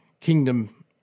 kingdom